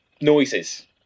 noises